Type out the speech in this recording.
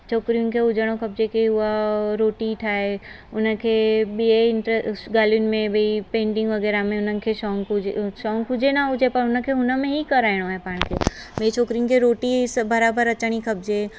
छोकिरियुनि खे हुजण खपजे की हूअ रोटी ठाए हुनखे ॿियनि इंट्रेस्ट ॻाल्हियुनि में वई पेंटिंग वग़ैराह में हुनखे शौंक़ु हुजे शौंक़ु हुजे न हुजे पर हुनखे हुनमें ई कराइणो आहे पाण खे भई छोकिरियुन खे रोटी बराबरि अचणी खपजे